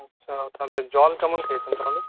আচ্ছা ও তাহলে জল কেমন খেয়েছে তাহলে